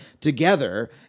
together